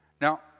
Now